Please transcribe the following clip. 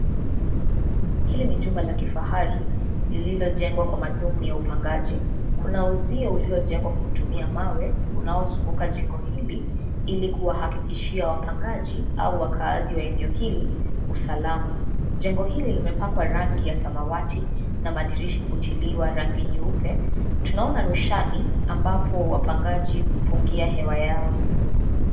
Hili ni jumba la kifahari lililojengwa kwa mathumuni ya upangaji. Kuna uzio uliojengwa kwa kutumia mawe unaozunguka jengo hili, ili kuwahakikishia wapangaji au wakaaji wa eneo hili usalama. Jengo hili limepakwa rangi ya samawati na madirisha kutiliwa rangi nyeupe. Tunaona roshani ambapo wapangaji hupungia hewa yao.